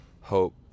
hope